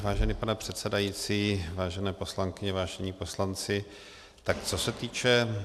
Vážený pane předsedající, vážené poslankyně, vážení poslanci, co se týče...